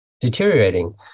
deteriorating